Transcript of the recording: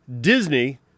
Disney